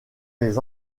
les